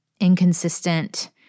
inconsistent